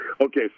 Okay